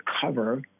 cover